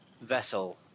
vessel